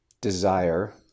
desire